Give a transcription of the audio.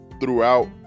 throughout